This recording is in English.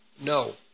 No